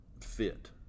fit